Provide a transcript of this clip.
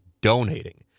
donating